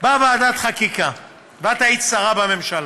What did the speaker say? באה ועדת השרים לחקיקה, ואת היית שרה בממשלה,